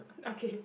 okay